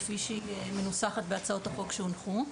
כפי שהיא מנוסחת בהצעות החוק שהונחו.